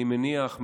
אני מניח,